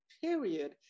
period